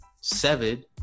Seven